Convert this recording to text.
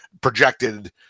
Projected